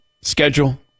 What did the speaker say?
schedule